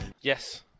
Yes